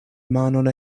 manon